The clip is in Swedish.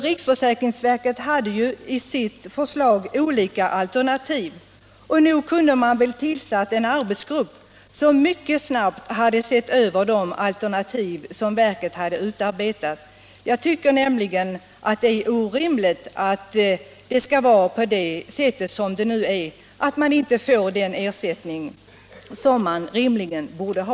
Riksförsäkringsverket hade ju i sitt förslag utarbetat olika alternativ, och nog kunde man ha tillsatt en arbetsgrupp som mycket snabbt hade sett över dem. Jag tycker nämligen att det är orimligt att det skall vara som det nu är, att man inte får den ersättning som man borde ha.